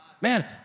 Man